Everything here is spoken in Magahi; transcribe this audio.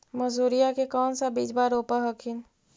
मसुरिया के कौन सा बिजबा रोप हखिन?